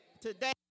Today